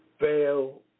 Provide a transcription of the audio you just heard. fail